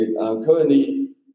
Currently